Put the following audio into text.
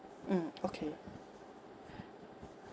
mm okay